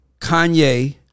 Kanye